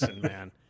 man